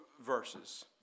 verses